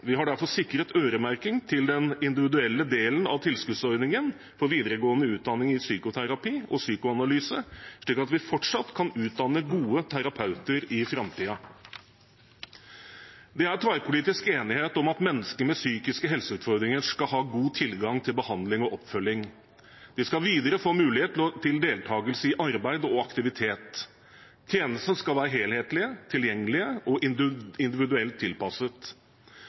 Vi har derfor sikret øremerking til den individuelle delen av tilskuddsordningen for videregående utdanning i psykoterapi og psykoanalyse, slik at vi fortsatt kan utdanne gode terapeuter i framtiden. Det er tverrpolitisk enighet om at mennesker med psykiske helseutfordringer skal ha god tilgang til behandling og oppfølging. De skal videre få mulighet til deltakelse i arbeid og aktivitet. Tjenestene skal være helhetlige, tilgjengelige og individuelt tilpasset.